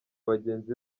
bagenzi